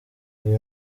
uyu